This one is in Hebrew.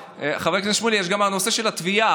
חבר הכנסת שמולי, יש גם הנושא של התביעה.